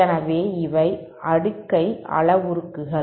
எனவே இவை அடுக்கை அளவுருக்கள்